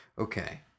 Okay